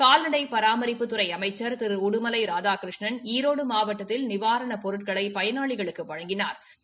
கால்நடை பராமிப்புத்துறை அமைச்சர் திரு உடுமலை ராதாகிருஷ்ணன் ஈரோடு மாவட்டத்தில் நிவாரணப் பொருட்களை பயனாளிகளுக்கு வழங்கினாா்